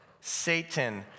Satan